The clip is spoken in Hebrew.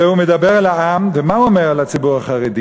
והוא מדבר אל העם, ומה הוא אומר לציבור החרדי?